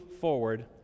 forward